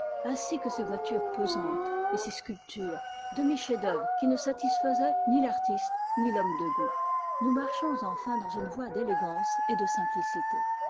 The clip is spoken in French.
ainsi que ses voitures pesantes et ses sculptures demi chefsdœuvre qui ne satisfaisaient ni l'artiste ni l'homme de goût nous marchons enfin dans une voie d'élégance et de simplicité